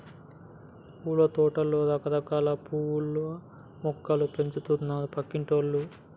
పూలతోటలో రకరకాల పూల మొక్కలు పెంచుతున్నారు పక్కింటోల్లు